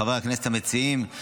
חברי הכנסת המציעים,